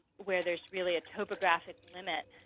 where there's really a topographic limit